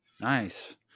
Nice